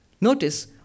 Notice